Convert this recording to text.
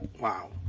wow